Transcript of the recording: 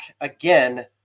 again